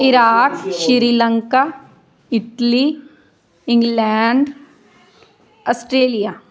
Iraq Sri Lanka Italy England Australia